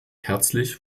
herzlich